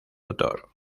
autor